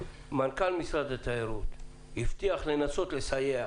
מנכ"ל משרד התיירות הבטיח לנסות לסייע